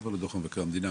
מעבר לדוח מבקר המדינה,